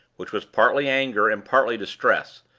which was partly anger and partly distress,